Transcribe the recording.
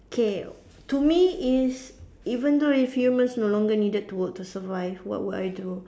K to me is even though if you must no longer needed to work to survive what would I do